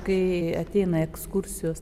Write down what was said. kai ateina ekskursijos